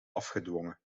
afgedwongen